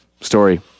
story